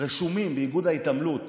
רשומים באיגוד ההתעמלות,